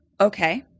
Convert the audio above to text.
okay